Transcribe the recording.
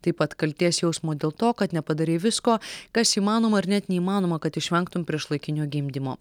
taip pat kaltės jausmo dėl to kad nepadarei visko kas įmanoma ar net neįmanoma kad išvengtum priešlaikinio gimdymo